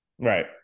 Right